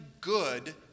good